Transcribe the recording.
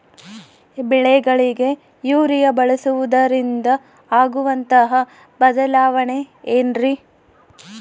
ಬೆಳೆಗಳಿಗೆ ಯೂರಿಯಾ ಬಳಸುವುದರಿಂದ ಆಗುವಂತಹ ಬದಲಾವಣೆ ಏನ್ರಿ?